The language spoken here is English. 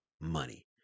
money